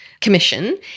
commission